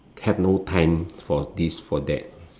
have no time for this for that